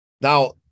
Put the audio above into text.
now